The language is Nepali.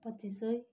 पच्चिस सय